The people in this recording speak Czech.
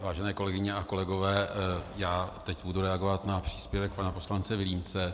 Vážené kolegyně a kolegové, budu teď reagovat na příspěvek pana poslance Vilímce.